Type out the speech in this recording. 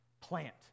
plant